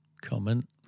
comment